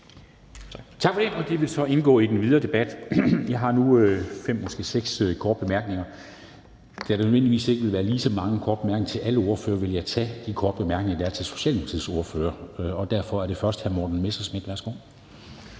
Tak for det. Det vil så indgå i den videre debat. Jeg har nu markering for fem eller måske seks korte bemærkninger. Da der ikke nødvendigvis vil være lige så mange korte bemærkninger til alle ordførere, vil jeg tage de korte bemærkninger, der er til Socialdemokratiets ordfører. Derfor er det først hr. Morten Messerschmidt. Værsgo.